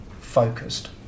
focused